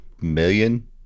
million